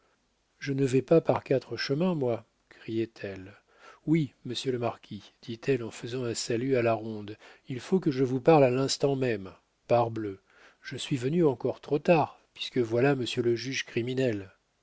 je ne vais pas par quatre chemins moi criait-elle oui monsieur le marquis dit-elle en faisant un salut à la ronde il faut que je vous parle à l'instant même parbleu je suis venue encore trop tard puisque voilà monsieur le juge criminel